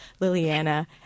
Liliana